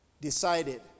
decided